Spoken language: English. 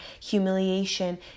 humiliation